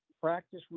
Practice